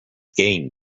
gain